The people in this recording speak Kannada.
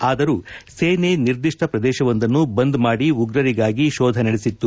ಆದರೂ ಸೇನೆ ನಿರ್ದಿ ಪ್ರದೇಶವೊಂದನ್ನು ಬಂದ್ ಮಾಡಿ ಉಗ್ರರಿಗಾಗಿ ಶೋಧ ನಡೆಸಿತ್ತು